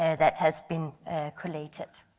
ah that has been calculated.